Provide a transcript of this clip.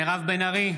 מירב בן ארי,